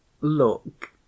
Look